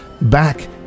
back